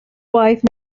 wife